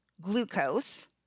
glucose